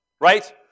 right